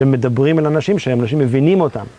שמדברים על אנשים שאנשים מבינים אותם.